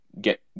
get